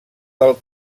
del